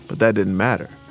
but that didn't matter.